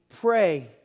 pray